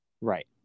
Right